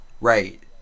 Right